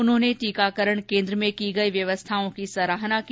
उन्होंने टीकाकरण केन्द्र में की गई व्यवस्थाओं की सराहना की